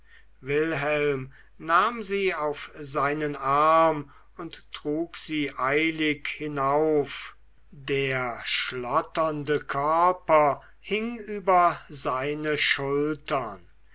wilhelm nahm sie auf seinen arm und trug sie eilig hinauf der schlotternde körper hing über seine schultern